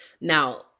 Now